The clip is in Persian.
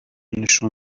نشون